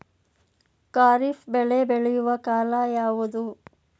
ಖಾರಿಫ್ ಬೆಳೆ ಬೆಳೆಯುವ ಕಾಲ ಯಾವುದು?